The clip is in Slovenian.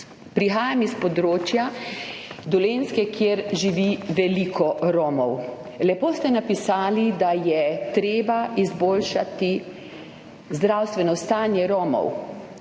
Prihajam s področja Dolenjske, kjer živi veliko Romov. Lepo ste napisali, da je treba izboljšati zdravstveno stanje Romov.